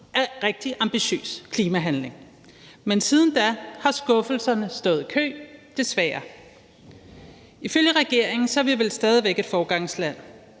af rigtig ambitiøs klimahandling. Men siden da har skuffelserne stået i kø, desværre. Ifølge regeringen er vi vel stadig væk et foregangsland,